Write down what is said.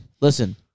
listen